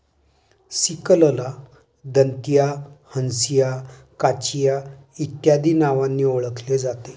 सिकलला दंतिया, हंसिया, काचिया इत्यादी नावांनी ओळखले जाते